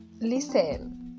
Listen